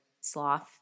sloth